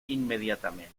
inmediatamente